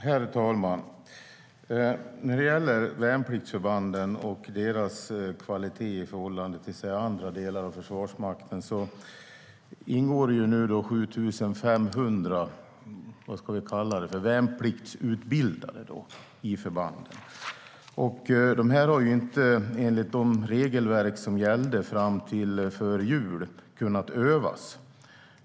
Herr talman! När det gäller värnpliktsförbandens kvalitet i förhållande till andra delar av Försvarsmakten ingår nu 7 500 värnpliktsutbildade i förbanden. Enligt de regelverk som gällde fram till jul har dessa inte kunnat övas.